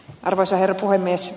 arvoisa herra puhemies